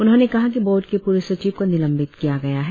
उन्होंने कहा कि बोर्ड के पूर्व सचिव को निलंबित किया गया है